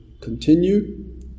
continue